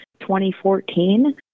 2014